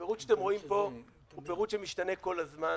הפירוט שאתם רואים פה הוא פירוט שמשתנה כל הזמן.